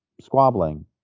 squabbling